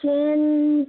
chain